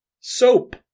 Soap